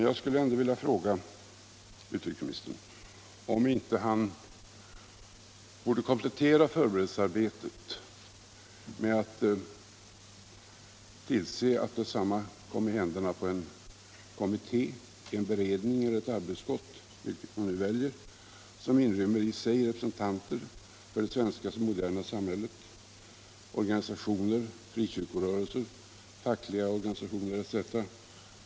Jag skulle ändå vilja fråga utrikesministern om han inte borde komplettera förberedelsearbetet med att tillse att detsamma kommer i händerna på en kommitté, en beredning eller ett arbetsutskott, vilket han nu äljer, som inrymmer i sig representanter för det svenska moderna samhället: organisationer, frikyrkorörelser, fackliga organisationer etc.